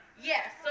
Yes